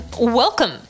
Welcome